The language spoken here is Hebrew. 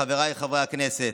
חבריי חברי הכנסת,